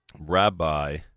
Rabbi